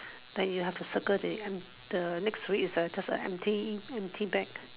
that you have to circle the uh the next to it is a just a empty empty bag